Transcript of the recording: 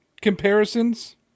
comparisons